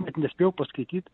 net nespėjau paskaityt